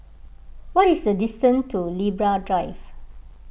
what is the distance to Libra Drive